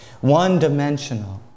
One-dimensional